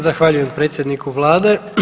Zahvaljujem predsjedniku vlade.